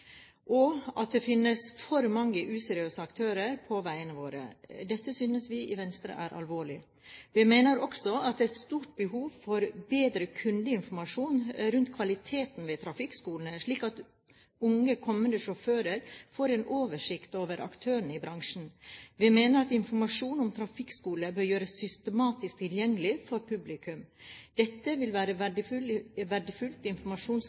og at det finnes for mange useriøse aktører på veiene våre. Dette synes vi i Venstre er alvorlig. Vi mener også at det er et stort behov for bedre kundeinformasjon rundt kvaliteten ved trafikkskolene, slik at unge, kommende sjåfører får en oversikt over aktørene i bransjen. Vi mener at informasjon om trafikkskoler bør gjøres systematisk tilgjengelig for publikum. Dette vil være verdifullt